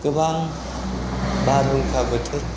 गोबां बारहुंखा बोथोर